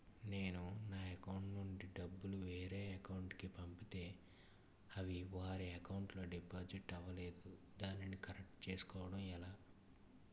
నేను నా అకౌంట్ నుండి డబ్బు వేరే వారి అకౌంట్ కు పంపితే అవి వారి అకౌంట్ లొ డిపాజిట్ అవలేదు దానిని కరెక్ట్ చేసుకోవడం ఎలా?